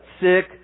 sick